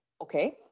Okay